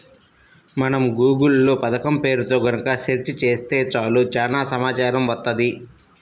మనం గూగుల్ లో పథకం పేరుతో గనక సెర్చ్ చేత్తే చాలు చానా సమాచారం వత్తది